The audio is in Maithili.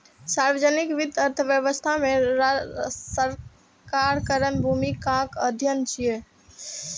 सार्वजनिक वित्त अर्थव्यवस्था मे सरकारक भूमिकाक अध्ययन छियै